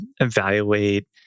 evaluate